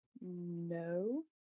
no